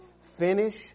Finish